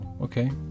okay